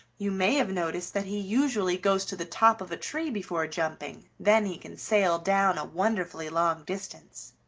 you may have noticed that he usually goes to the top of a tree before jumping then he can sail down a wonderfully long distance.